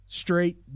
straight